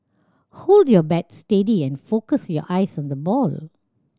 hold your bat steady and focus your eyes on the ball